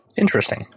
Interesting